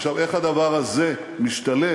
עכשיו, איך הדבר הזה משתלב?